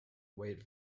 weight